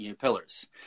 pillars